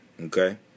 Okay